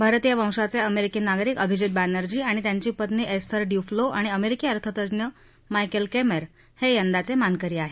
भारतीय वंशाचे अमेरिकी नागरिक अभिजित बॅनर्जी आणि त्यांची पत्नी एस्थर डयूफ्लो आणि अमेरिकी अर्थतज्ञ मायकेल केमेर हे यंदाचे मानकरी आहेत